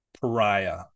pariah